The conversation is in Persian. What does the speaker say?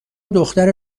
دختر